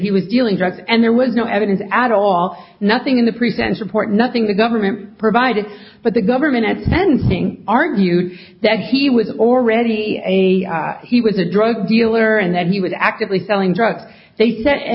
he was dealing drugs and there was no evidence at all nothing in the present report nothing the government provided but the government at sentencing argued that he was already a he was a drug dealer and that he was actively selling drugs they said i